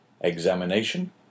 examination